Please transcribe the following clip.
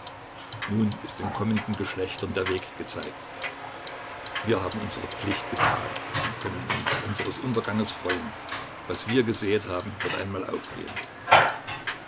nun ist den kommenden geschlechtern der weg gezeigt wir haben unsere pflicht getan und können uns unseres unterganges freuen was wir gesäet haben wird einmal aufgehen